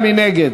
מי נגד?